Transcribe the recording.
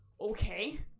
okay